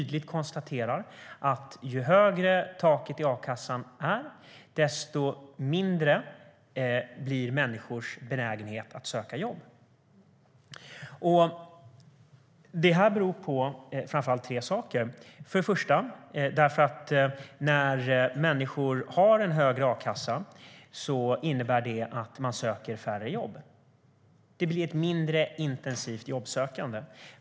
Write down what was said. De konstaterar tydligt att ju högre taket i a-kassan är desto mindre blir människors benägenhet att söka jobb. Det beror framför allt på tre saker. För det första söker människor färre jobb när de har en högre a-kassa. Det blir ett mindre intensivt jobbsökande.